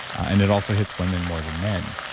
and it also hits women more than men.